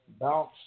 bounce